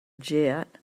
jet